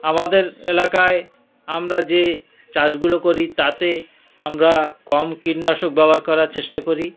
আমাদের এলাকায় আমরা যে চাষগুলো করি তাতে আমরা কম কীটনাশক ব্যবহার করার চেষ্টা করি